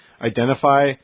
identify